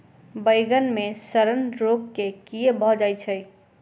बइगन मे सड़न रोग केँ कीए भऽ जाय छै?